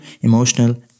emotional